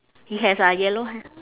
he has uh yellow hair